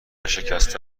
شکسته